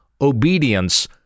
obedience